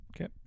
Okay